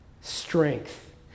strength